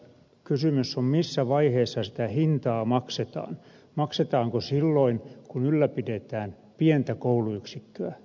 kysymys on missä vaiheessa sitä hintaa maksetaan maksetaanko silloin kun ylläpidetään pientä kouluyksikköä